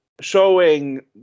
showing